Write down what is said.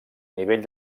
nivell